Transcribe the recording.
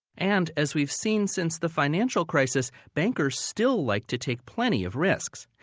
and as we've seen since the financial crisis, bankers still like to take plenty of risks.